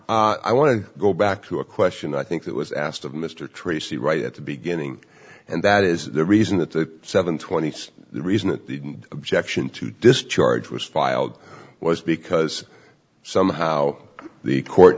greenlee i want to go back to a question i think that was asked of mr tracy right at the beginning and that is the reason that the seven twenty eight the reason that the objection to discharge was filed was because somehow the court